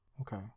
Okay